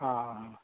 आं